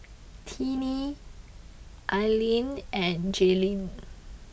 Tinie Aline and Jailene